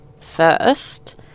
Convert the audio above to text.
first